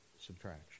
subtraction